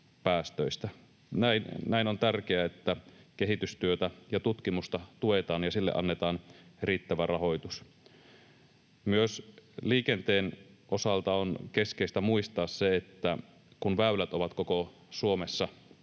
ollen on tärkeää, että kehitystyötä ja tutkimusta tuetaan ja sille annetaan riittävä rahoitus. Myös liikenteen osalta on keskeistä muistaa se, että kun väylät ovat koko Suomessa kunnossa,